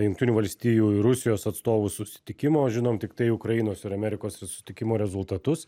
jungtinių valstijų ir rusijos atstovų susitikimo žinom tiktai ukrainos ir amerikos susitikimo rezultatus